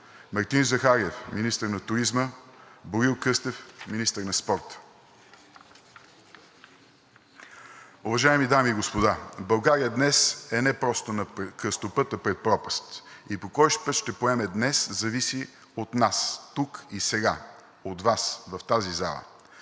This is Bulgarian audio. Мартин Захариев – министър на туризма; - Боил Кръстев – министър на младежта и спорта. Уважаеми дами и господа, България днес е не просто на кръстопът, а пред пропаст и по кой път ще поеме днес, зависи от нас тук и сега, от Вас в тази зала.